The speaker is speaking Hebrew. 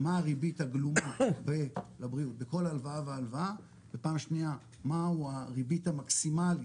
מה הריבית הגלומה בכל הלוואה והלוואה ופעם שניה מה היא הריבית המקסימלית